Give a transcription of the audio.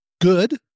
good